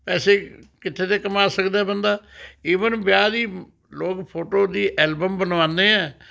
ਪੈਸੇ ਕਿੱਥੇ ਤੋਂ ਕਮਾ ਸਕਦਾ ਬੰਦਾ ਈਵਨ ਵਿਆਹ ਦੀ ਲੋਕ ਫੋਟੋ ਦੀ ਐਂਲਬਮ ਬਣਵਾਉਂਦੇ ਹੈ